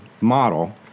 model